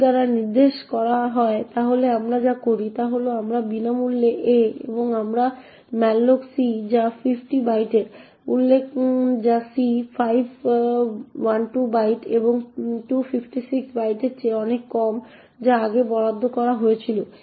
b দ্বারা নির্দেশ করা হয় তাহলে আমরা যা করি তা হল আমরা বিনামূল্যে a এবং আমরা malloc c যা 50 বাইটের উল্লেখ্য যে c 512 বাইট এবং 256 বাইটের চেয়ে অনেক কম যা আগে বরাদ্দ করা হয়েছিল